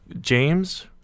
James